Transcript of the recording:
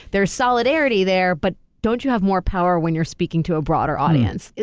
there's solidarity there, but don't you have more power when you're speaking to a broader audience? yeah.